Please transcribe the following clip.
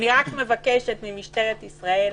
אני רק מבקשת ממשטרת ישראל